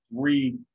three